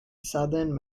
southern